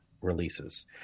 releases